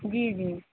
جی جی